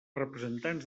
representants